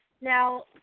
Now